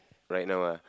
right now ah